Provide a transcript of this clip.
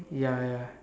ya ya